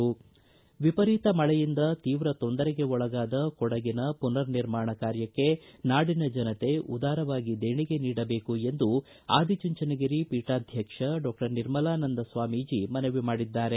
ವಿಪರೀತ ಮಳೆಯಿಂದ ತೀವ್ರ ತೊಂದರೆಗೆ ಒಳಗಾದ ಕೊಡಗಿನ ಪುನರ್ ನಿರ್ಮಾಣ ಕಾರ್ಯಕ್ಕೆ ನಾಡಿನ ಜನತೆ ಉದಾರವಾಗಿ ದೇಣಿಗೆ ನೀಡಬೇಕು ಎಂದು ಆದಿಚುಂಚನಗಿರಿ ಪೀಠಾಧ್ಯಕ್ಷ ಡಾಕ್ಸರ್ ನಿರ್ಮಲಾನಂದ ಸ್ವಾಮೀಜಿ ಮನವಿ ಮಾಡಿದ್ದಾರೆ